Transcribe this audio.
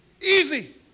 easy